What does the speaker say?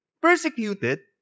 persecuted